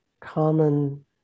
common